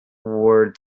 word